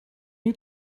you